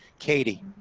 katie.